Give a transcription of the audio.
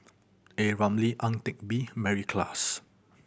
A Ramli Ang Teck Bee Mary Klass